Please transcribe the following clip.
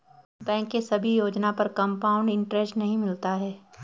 bank के सभी योजना पर कंपाउड इन्टरेस्ट नहीं मिलता है